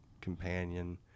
companion